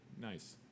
nice